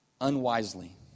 unwisely